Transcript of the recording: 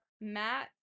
Matt